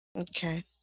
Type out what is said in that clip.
okay